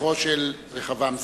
לזכרו של רחבעם זאבי.